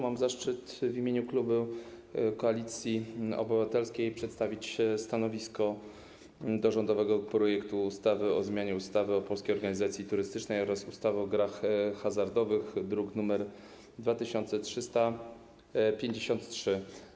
Mam zaszczyt w imieniu klubu Koalicji Obywatelskiej przedstawić stanowisko wobec rządowego projektu ustawy o zmianie ustawy o Polskiej Organizacji Turystycznej oraz ustawy o grach hazardowych, druk nr 2353.